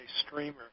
streamer